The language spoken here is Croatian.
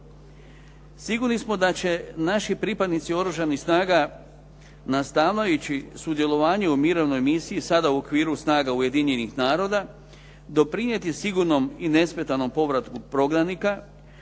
Sigurni smo da će naši pripadnici Oružanih snaga nastavljajući sudjelovanje u mirovnoj misiji sada u okviru snaga Ujedinjenih naroda doprinijeti sigurnom i nesmetanom povratku prognanika